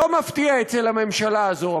לא מפתיע אצל הממשלה הזאת.